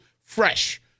fresh